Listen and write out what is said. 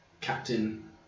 Captain